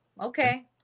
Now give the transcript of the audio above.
Okay